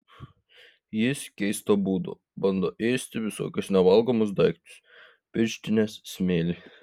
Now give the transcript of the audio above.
jis keisto būdo bando ėsti visokius nevalgomus daiktus pirštines smėlį